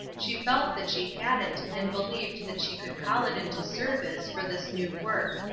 she felt that she had it, and believed that she could call it into service for this new work.